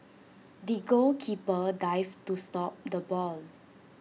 the goalkeeper dived to stop the ball